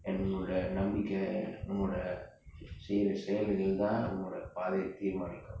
என்னோட நம்பிக்கை நம்மளோட சேரும் செயல்கள் தான் நம்ம பாதைய தீர்மாணிக்கும்:ennoda nambikai nammaloda seyrum seyalgal thaan namma paathaiya theermanakkum